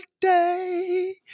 day